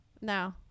No